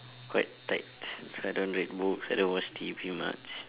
quite tight so I don't read books I don't watch T_V much